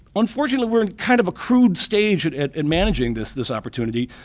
unfortunately we're in kind of a crude stage at at and managing this this opportunity,